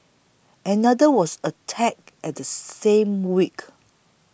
another was attacked at the same week